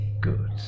Good